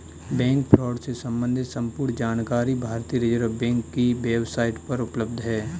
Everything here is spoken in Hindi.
बैंक फ्रॉड से सम्बंधित संपूर्ण जानकारी भारतीय रिज़र्व बैंक की वेब साईट पर उपलब्ध है